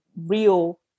real